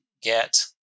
get